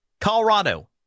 Colorado